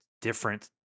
different